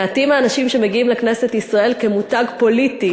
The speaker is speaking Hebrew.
מעטים האנשים שמגיעים לכנסת ישראל כמותג פוליטי